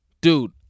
dude